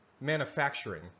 manufacturing